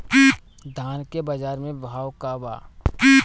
धान के बजार में भाव का बा